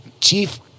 chief